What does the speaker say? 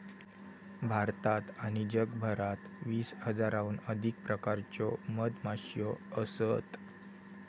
भारतात आणि जगभरात वीस हजाराहून अधिक प्रकारच्यो मधमाश्यो असत